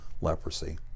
leprosy